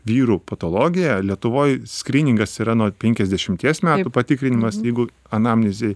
vyrų patologija lietuvoj skryningas yra nuo penkiasdešimties metų patikrinimas jeigu anamnezėj